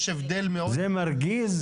זה מרגיז?